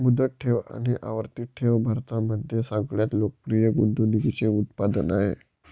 मुदत ठेव आणि आवर्ती ठेव भारतामध्ये सगळ्यात लोकप्रिय गुंतवणूकीचे उत्पादन आहे